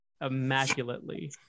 immaculately